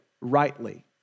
rightly